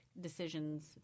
decisions